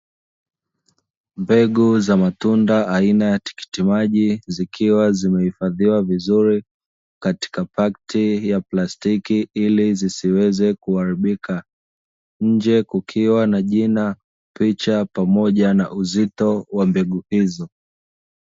Mbegu za matunda aina ya tikitikimaji zikiwa zimehifadhiwa vizuri katika pakiti ya plastiki ili zisiweze kuharibika. Nje kukiwa na jina, picha pamoja na uzito wa mbegu hizo.